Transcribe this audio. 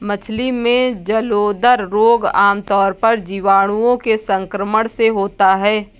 मछली में जलोदर रोग आमतौर पर जीवाणुओं के संक्रमण से होता है